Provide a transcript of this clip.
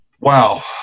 Wow